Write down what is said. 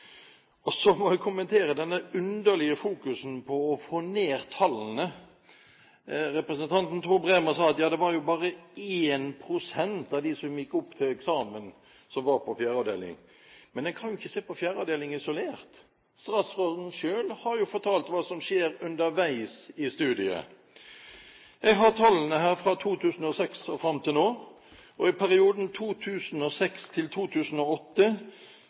privatistene. Så må jeg kommentere dette underlige fokuset på å få ned tallene. Representanten Tor Bremer sa at det tilsvarer jo bare 1 pst. av de som gikk opp til eksamen på fjerde avdeling. Men man kan jo ikke se på fjerde avdeling isolert. Statsråden selv har jo fortalt hva som skjer underveis i studiet. Jeg har her tallene fra 2006 og fram til nå. I perioden 2006 til 2008